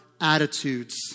attitudes